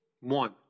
one